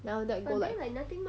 then after that go like